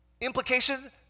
Implication